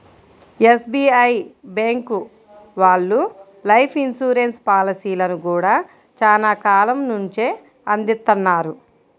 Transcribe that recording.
SBI bank వాళ్ళు life insurance పాలసీలను గూడా చానా కాలం నుంచే అందిత్తన్నారు